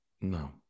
no